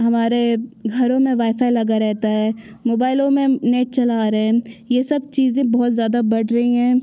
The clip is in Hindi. हमारे घरों में वाई फाई लगा रहता है मोबाईलों में नेट चला रहे हैं ये सब चीज़ें बहुत ज़्यादा बढ़ रही है